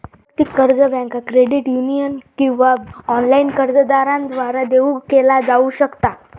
वैयक्तिक कर्ज बँका, क्रेडिट युनियन किंवा ऑनलाइन कर्जदारांद्वारा देऊ केला जाऊ शकता